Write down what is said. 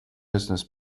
business